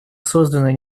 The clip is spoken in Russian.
созданы